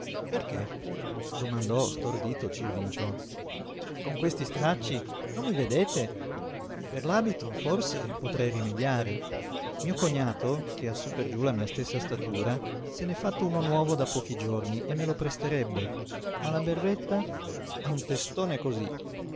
perché domandò stordito cirlinciò con questi stracci non mi vedete per l'abito forse potrei rimediare mio cognato che ha su per giú la mia stessa statura se n'è fatto uno nuovo da pochi giorni e me lo presterebbe ma la berretta ha un testone cosí